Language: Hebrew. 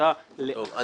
ההחלטה לאחר --- טוב,